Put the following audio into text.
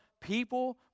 people